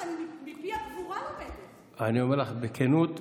אני מפי הגבורה לומדת --- אני אומר לך בכנות,